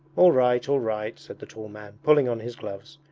all right, all right said the tall man, pulling on his gloves.